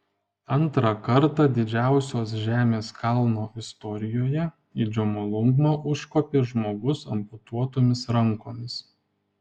antrą kartą didžiausios žemės kalno istorijoje į džomolungmą užkopė žmogus amputuotomis rankomis